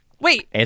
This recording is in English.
Wait